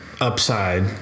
upside